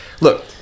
look